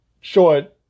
short